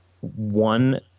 one